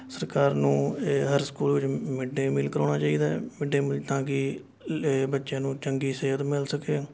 ਸਰਕਾਰ ਨੂੰ ਇਹ ਹਰ ਸਕੂਲ ਵਿੱਚ ਮਿਡ ਡੇ ਮੀਲ ਕਰਾਉਣਾ ਚਾਹੀਦਾ ਹੈ ਮਿਡ ਡੇ ਮੀਲ ਤਾਂ ਕਿ ਬੱਚਿਆਂ ਨੂੰ ਚੰਗੀ ਸਿਹਤ ਮਿਲ ਸਕੇ